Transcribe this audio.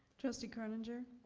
trustee croninger?